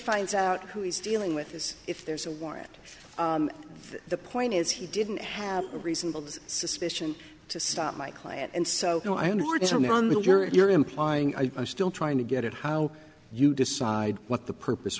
finds out who is dealing with this if there's a warrant the point is he didn't have a reasonable suspicion to stop my client and so no i don't know what is your you're implying i i'm still trying to get at how you decide what the purpose